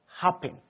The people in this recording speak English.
happen